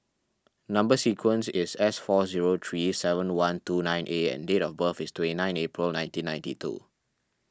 Number Sequence is S four zero three seven one two nine A and date of birth is twenty nine April nineteen ninety two